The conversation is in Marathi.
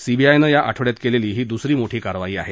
सीबीआयनं या आठवड्यात केलेली ही दुसरी मोठी कारवाई आहे